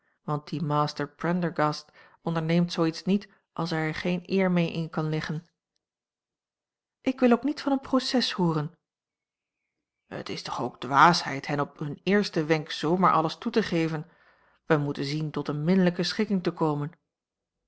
want die master prendergast onderneemt zoo iets niet als hij er geen eer mee in kan leggen ik wil ook niet van een proces hooren het is toch ook dwaasheid hen op hun eersten wenk zoo maar alles toe te geven wij moeten zien tot eene minlijke schikking te komen